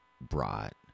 brought